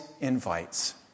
invites